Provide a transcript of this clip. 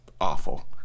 awful